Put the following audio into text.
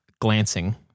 glancing